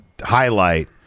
highlight